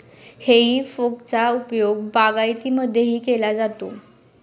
हेई फोकचा उपयोग बागायतीमध्येही केला जातो